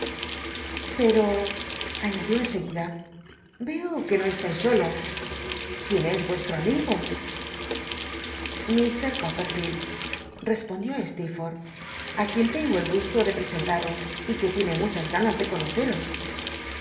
añad ió en seguida veo que no cstais solo quién es nrestro amigo m coppcrfield respondió steerfortb ü quien tengo el guslo de presentaros y que tiene muchas ganas de conoceros